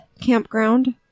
Campground